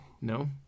no